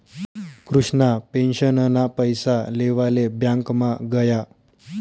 कृष्णा पेंशनना पैसा लेवाले ब्यांकमा गया